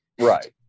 Right